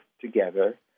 together